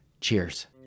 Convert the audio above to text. Cheers